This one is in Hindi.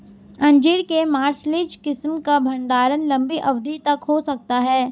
अंजीर के मार्सलीज किस्म का भंडारण लंबी अवधि तक हो सकता है